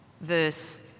verse